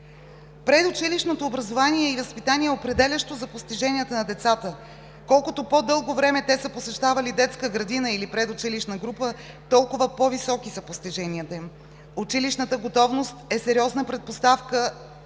Предучилищното образование и възпитание е определящо за постиженията на децата – колкото по-дълго време те са посещавали детска градина или предучилищна група, толкова по-високи са постиженията им. Училищната готовност е сериозна предпоставка